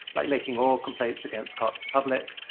like making all complaints against cops public,